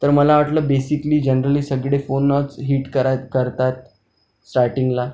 तर मला वाटलं बेसिकली जनरली सगळे फोनच हीट करा करतात स्टार्टींगला